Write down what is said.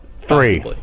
Three